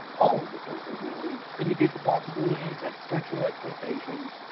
all of the sources really, indicate the possibility that the sexual exploitations